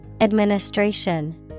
Administration